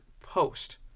post